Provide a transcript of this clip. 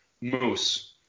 Moose